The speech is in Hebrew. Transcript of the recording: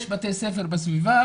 יש בתי ספר בסביבה.